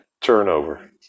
Turnover